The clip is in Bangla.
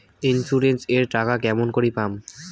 ইন্সুরেন্স এর টাকা কেমন করি পাম?